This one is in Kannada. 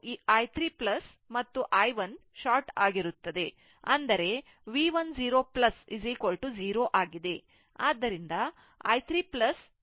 ಈಗ ಆದ್ದರಿಂದ ಇದು i3 ಮತ್ತು i 1 ಶಾರ್ಟ್ ಆಗಿರುತ್ತದೆ ಅಂದರೆ ವಿ 1 0 0 ಆಗಿದೆ